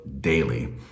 daily